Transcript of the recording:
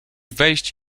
wejść